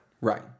Right